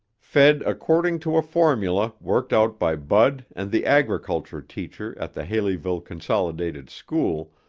fed according to a formula worked out by bud and the agriculture teacher at the haleyville consolidated school,